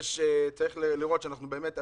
צריך לראות שאנחנו באמת,